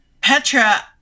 petra